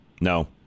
No